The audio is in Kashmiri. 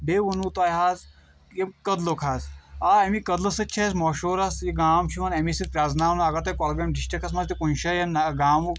بیٚیہِ وٚونو تۄہہِ حظ ییٚمہِ کٔدٕلُک حظ آ اَمی کٔدٕلہٕ سۭتۍ چھِ أسۍ مشہوٗر حظ یہِ گام چُھ یِوان اَمہِ سۭتۍ پرزناؤنہٕ اَگر تۄہہِ کۄلگامۍ ڈسٹرکٹس منٛز تہِ کُنہِ جایہِ اَمہِ گامُک